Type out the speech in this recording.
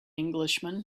englishman